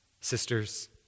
sisters